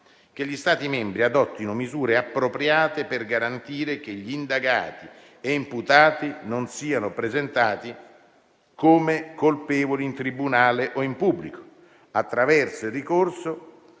che gli Stati membri adottino misure appropriate per garantire che gli indagati e gli imputati non siano presentati come colpevoli in tribunale o in pubblico attraverso il ricorso